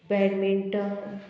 badminton